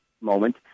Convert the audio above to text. moment